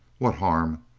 what harm?